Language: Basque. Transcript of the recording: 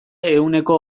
ehuneko